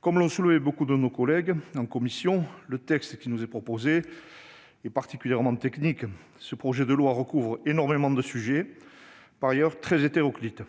Comme l'ont soulevé beaucoup de nos collègues en commission, le texte qui nous est proposé est particulièrement technique. Ce projet de loi recouvre énormément de sujets, par ailleurs très hétéroclites.